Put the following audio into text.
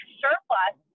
surplus